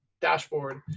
dashboard